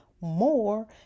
more